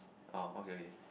oh okay okay